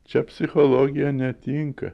čia psichologija netinka